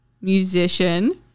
musician